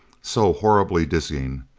so horribly dizzying.